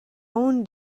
own